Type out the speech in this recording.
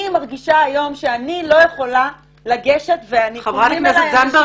אמרתי שאני מרגישה היום שאני לא יכולה לגשת -- חברת הכנסת זנדברג,